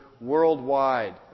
worldwide